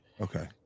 Okay